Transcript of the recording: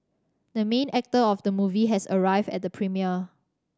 the main actor of the movie has arrived at the premiere